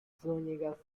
zúñiga